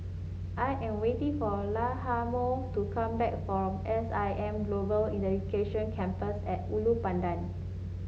I am waiting for Lahoma to come back from S I M Global Education Campus at Ulu Pandan